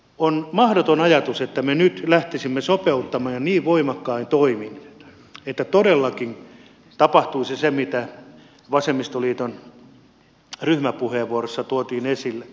on mahdoton ajatus että me nyt lähtisimme sopeuttamaan ja niin voimakkain toimin että todellakin tapahtuisi se mitä vasemmistoliiton ryhmäpuheenvuorossa tuotiin esille